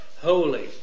holy